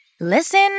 Listen